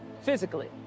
physically